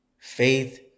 Faith